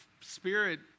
Spirit